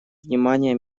внимания